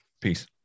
Peace